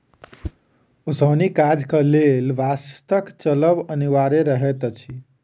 ओसौनी काजक लेल बसातक चलब अनिवार्य रहैत अछि